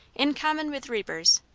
in common with reapers,